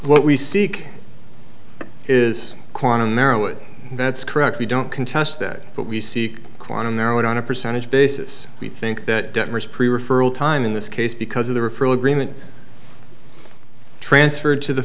what we seek is quantum erowid that's correct we don't contest that but we seek quantum now and on a percentage basis we think that detmers pre referral time in this case because of the referral agreement transferred to the